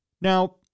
Now